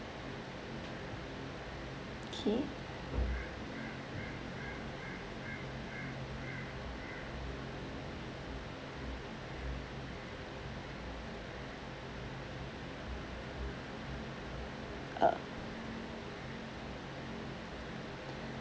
okay uh